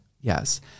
yes